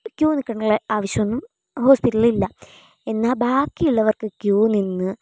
Q നിൽക്കണമെന്നുള്ള ആവശ്യം ഒന്നും ഹോസ്പിറ്റലിലില്ല എന്നാൽ ബാക്കിയുള്ളവർക്ക് ക്യൂ നിന്ന്